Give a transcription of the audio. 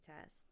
test